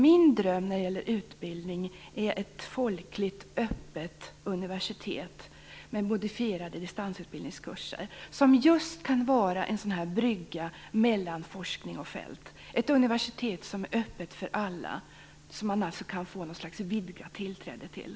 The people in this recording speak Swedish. Min dröm när det gäller utbildning är ett folkligt öppet universitet med modifierade distansutbildningskurser, ett universitet som just kan vara en brygga mellan forskning och fält, som är öppet för alla och som man alltså kan få något slags vidgat tillträde till.